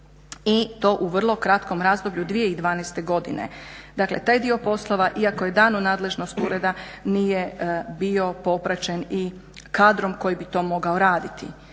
i to u vrlo kratkom razdoblju 2012. godine. Dakle, taj dio poslova iako je dan u nadležnost Ureda nije bio popraćen i kadrom koji bi to mogao raditi.